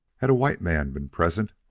had a white man been present,